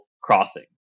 crossing